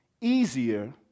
easier